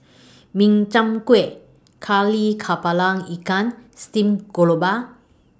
Min Chiang Kueh Kari Kepala Ikan Stream Grouper